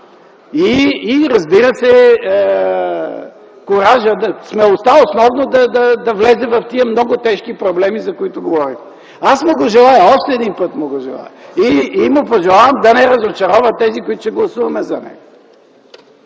и, разбира се, куража – основно смелостта да влезе в тези много тежки проблеми, за които говорим. Аз му го желая! Още един път му го желая! И му пожелавам да не разочарова тези, които ще гласуваме за него!